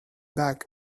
back